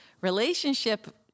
relationship